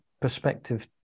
perspective